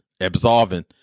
absolving